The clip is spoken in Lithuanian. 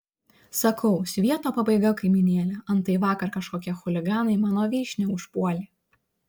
sakau svieto pabaiga kaimynėle antai vakar kažkokie chuliganai mano vyšnią užpuolė